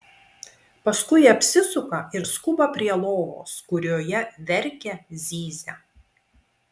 paskui apsisuka ir skuba prie lovos kurioje verkia zyzia